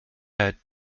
had